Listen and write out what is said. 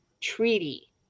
treaty